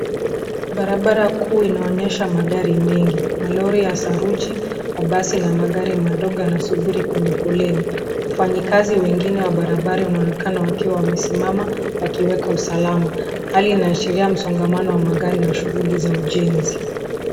Barabara kuu inaonyesha magari mengi, malori ya saruji, mabasi na magari madogo na kusuburi kwenye fuleni. Wafanyikazi wengine wa barabarini wanaonekana wakiwa wamesimama wakiweka usalama. Hali na ashiria msongamano wa magari na shuguli za ujenzi.